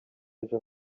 ejo